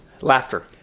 Laughter